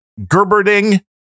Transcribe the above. Gerberding